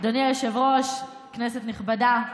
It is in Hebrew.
אדוני היושב-ראש, כנסת נכבדה,